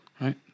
Right